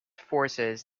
forces